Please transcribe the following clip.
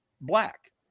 Black